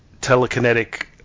telekinetic